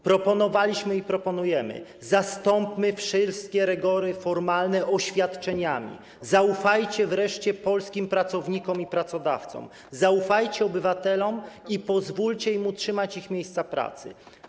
Proponowaliśmy i proponujemy: zastąpmy wszystkie rygory formalne oświadczeniami, zaufajcie wreszcie polskim pracownikom i pracodawcom, zaufajcie obywatelom i pozwólcie im utrzymać ich miejsca pracy.